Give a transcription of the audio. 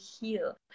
heal